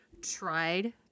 tried